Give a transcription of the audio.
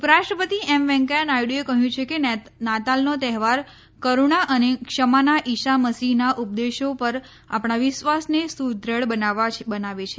ઉપરાષ્ટ્રપતિ એમ વૈકેંયા નાયડુએ કહ્યું છે કે નાતાલનો તહેવાર કરૂણા અને ક્ષમાના ઈશા મસીહના ઉપદેશો પર આપણા વિશ્વાસને સુદઢ બનાવે છે